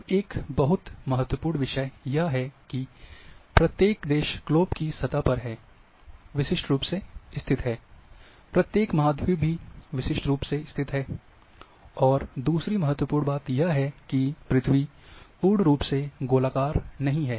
अब एक और बहुत महत्वपूर्ण विषय यह है कि प्रत्येक देश ग्लोब की सतह पर है विशिष्ट रूप से स्थित है प्रत्येक महाद्वीप भी विशिष्ट रूप से स्थित है और दूसरी महत्वपूर्ण बात यह है कि पृथ्वी पूर्ण रूप से गोलाकार नहीं है